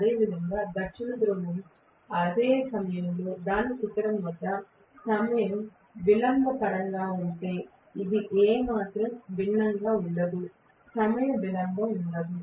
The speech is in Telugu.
అదేవిధంగా దక్షిణ ధ్రువం అదే సమయంలో దాని శిఖరం వద్ద సమయ విలంబం పరంగా ఇది ఏమాత్రం భిన్నంగా ఉండదు సమయ విలంబం ఉండదు